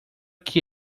que